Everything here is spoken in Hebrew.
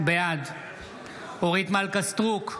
בעד אורית מלכה סטרוק,